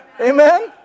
Amen